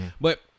But-